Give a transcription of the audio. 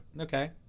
Okay